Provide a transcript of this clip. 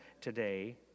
today